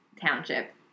township